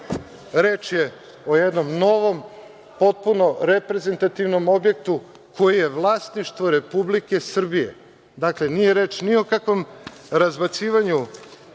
Reč je o jednom novom potpuno reprezentativnom objektu koji je vlasništvo Republike Srbije. Dakle, nije reč ni o kakvom razbacivanju